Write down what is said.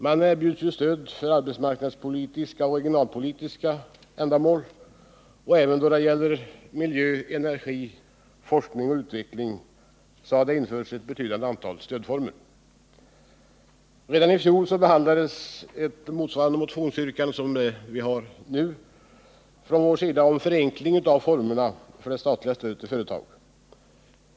Man erbjuds stöd för arbetsmarknadspolitiska och regionalpolitiska ändamål, och även då det gäller miljö, energi, forskning och utveckling har det införts ett betydande antal stödformer. Redan i fjol behandlades ett motsvarande motionsyrkande som vi nu har om förenkling av formerna för det statliga stödet till företagen.